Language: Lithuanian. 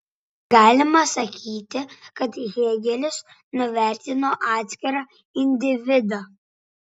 galima sakyti kad hėgelis nuvertino atskirą individą